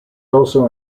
also